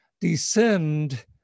descend